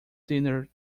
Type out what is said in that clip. dinner